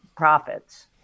profits